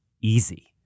easy